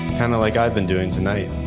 kind of like i've been doing tonight.